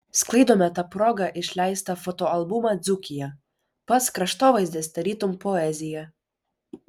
sklaidome ta proga išleistą fotoalbumą dzūkija pats kraštovaizdis tarytum poezija